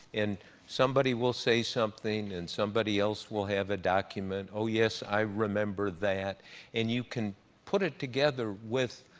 and somebody will say something, and somebody else will have a document oh, yes, i remember that and you can put it together with,